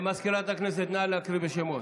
מזכירת הכנסת, נא להקריא את השמות.